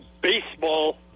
baseball